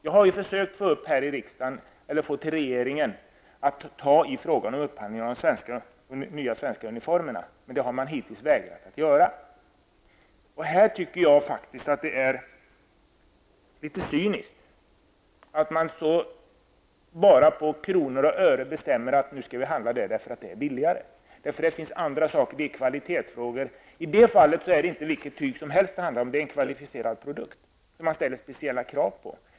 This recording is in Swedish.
Jag har här i riksdagen försökt att få regeringen att så att säga ta tag i frågan om upphandlingen av de nya svenska uniformerna. Men man har hittills vägrat att göra något. Jag tycker faktiskt att det är litet cyniskt att bara se till kronor och ören och att från den utgångspunkten bestämma sig för att köpa där det är billigast. Det finns ju andra aspekter -- kvalitetsfrågan exempelvis. I det här fallet handlar det inte om vilket tyg som helst, utan det är en kvalificerad produkt som man ställer speciella krav på.